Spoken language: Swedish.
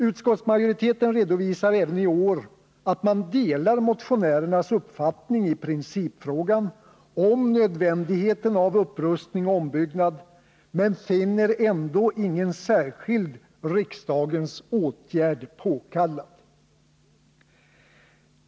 Utskottsmajoriteten redovisar även i år att man delar motionärernas uppfattning i principfrågan om nödvändigheten av upprustning och ombyggnad men finner ändå ingen särskild riksdagens åtgärd påkallad.